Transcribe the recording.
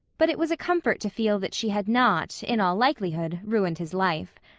but it was a comfort to feel that she had not, in all likelihood, ruined his life.